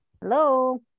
Hello